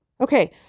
Okay